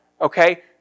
Okay